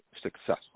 successful